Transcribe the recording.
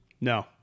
No